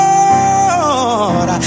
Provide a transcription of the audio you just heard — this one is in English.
Lord